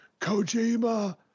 Kojima